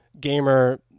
gamer